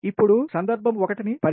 ఇప్పుడు సందర్భం1 ను పరిగణించండిP1 P2